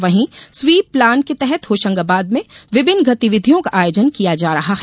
वहीं sweep plan के तहत होशंगाबाद में विभिन्न गतिविधियों का आयोजन किया जा रहा है